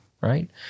right